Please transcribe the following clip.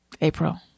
April